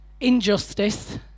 injustice